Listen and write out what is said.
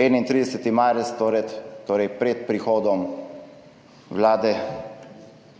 31. marec, torej, torej pred prihodom vlade